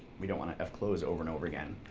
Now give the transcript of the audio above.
we don't want to fclose over and over again.